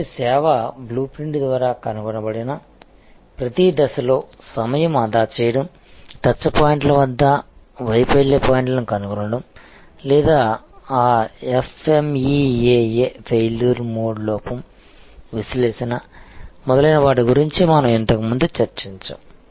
కాబట్టి సేవా blue print ద్వారా కనుగొనబడిన ప్రతి దశలో సమయం ఆదా చేయడం టచ్ పాయింట్ల వద్ద వైఫల్య పాయింట్లను కనుగొనడం లేదా ఆ FMEA ఫెయిల్యూర్ మోడ్ లోపం విశ్లేషణ మొదలైన వాటి గురించి మనం ఇంతకుముందు చర్చించాము